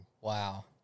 Wow